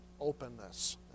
Openness